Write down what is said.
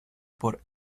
por